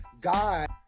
God